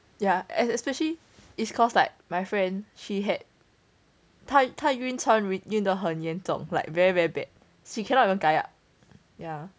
yeah and especially its cause like my friend she had 他他晕船晕得很严重 like very very bad she cannot even kayak yeah